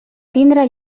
tindre